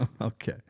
Okay